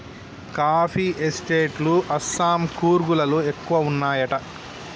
coffee estate లు అస్సాం, కూర్గ్ లలో ఎక్కువ వున్నాయట